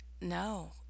no